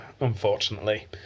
unfortunately